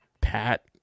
Pat